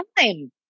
time